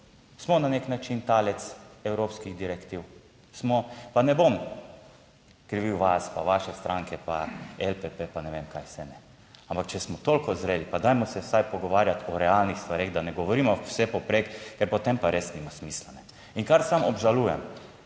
smo na nek način talec evropskih direktiv, smo. Pa ne bom krivil vas, pa vaše stranke pa LPP pa ne vem kaj vse, ne, ampak če smo toliko zreli, pa dajmo se vsaj pogovarjati o realnih stvareh, da ne govorimo vse povprek, ker potem pa res nima smisla. In kar sam obžalujem,